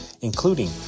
including